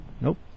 Nope